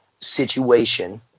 situation